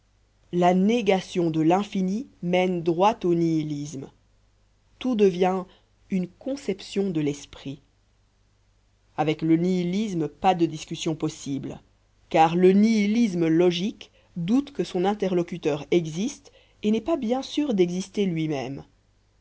la négation de l'infini mène droit au nihilisme tout devient une conception de l'esprit avec le nihilisme pas de discussion possible car le nihilisme logique doute que son interlocuteur existe et n'est pas bien sûr d'exister lui-même